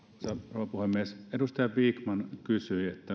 rouva puhemies edustaja vikman kysyi